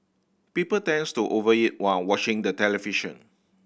people tends to over eat while watching the television